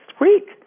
week